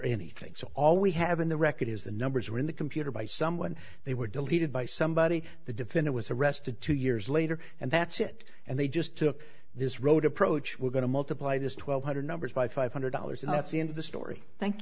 anything so all we have in the record is the numbers were in the computer by someone they were deleted by somebody the definit was arrested two years later and that's it and they just took this road approach we're going to multiply this twelve hundred numbers by five hundred dollars and that's the end of the story thank